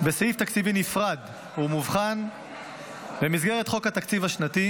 בסעיף תקציבי נפרד ומובחן במסגרת חוק התקציב השנתי,